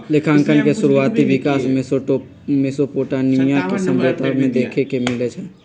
लेखांकन के शुरुआति विकास मेसोपोटामिया के सभ्यता में देखे के मिलइ छइ